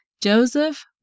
Joseph